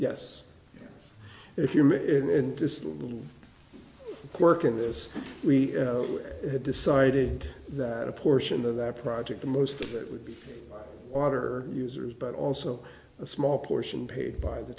yes if you're in this little quirk in this we decided that a portion of that project the most of it would be water users but also a small portion paid by the